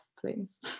please